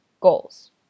goals